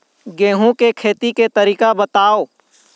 गेहूं के खेती के तरीका बताव?